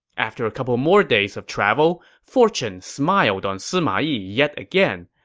after a couple more days of travel, fortune smiled on sima yi yet again.